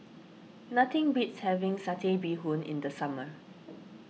nothing beats having Satay Bee Hoon in the summer